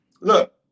Look